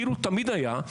כאילו תמיד היה,